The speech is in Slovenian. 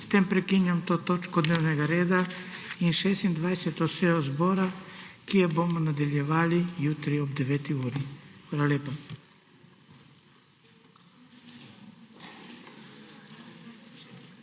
S tem prekinjam to točko dnevnega reda in 26. sejo Državnega zbora, ki jo bomo nadaljevali jutri ob 9. uri. Hvala lepa.